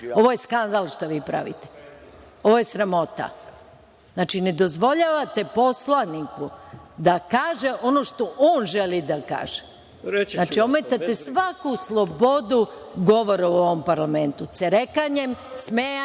Ovo je skandal šta vi pravite. Ovo je sramota. Znači, ne dozvoljavate poslaniku da kaže ono što on želi da kaže. Znači, ometate svaku slobodu govora u ovom parlamentu,